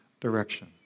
direction